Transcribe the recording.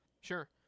Sure